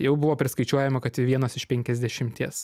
jau buvo priskaičiuojama kad vienas iš penkiasdešimties